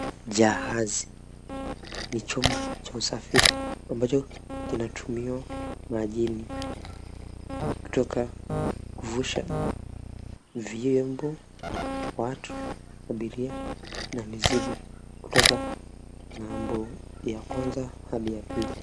Jahazi ni chombo cha usafiri ambacho kinatumiwa majini kutoka kuvusha vyombo, watu, abiria na mizigo kutoka ng'ambo ya kwanza hadi ya pili.